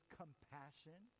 compassion